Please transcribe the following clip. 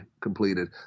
completed